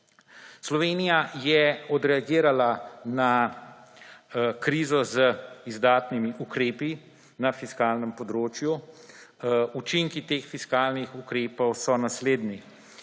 Slovenija je odreagirala na krizo z izdatnimi ukrepi na fiskalnem področju. Učinki teh fiskalnih ukrepov so naslednji.